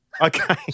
Okay